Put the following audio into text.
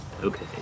Okay